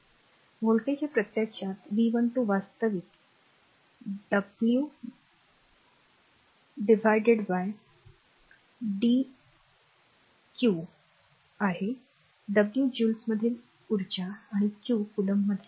voltage हे प्रत्यक्षात V12 वास्तविक डीडब्ल्यू डीएक्यू डब्ल्यू आहे डब्ल्यू ज्युल्समधील उर्जा आणि क्यू कोलॉम्बमधील प्रभार